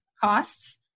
costs